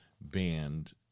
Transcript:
band